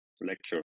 lecture